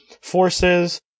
forces